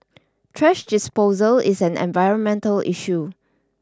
thrash disposal is an environmental issue